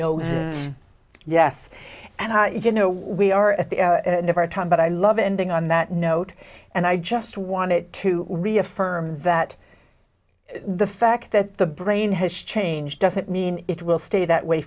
know yes and you know we are at the end of our time but i love ending on that note and i just wanted to reaffirm that the fact that the brain has changed doesn't mean it will stay that way